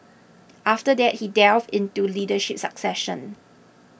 after that he delved into leadership succession